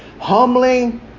humbling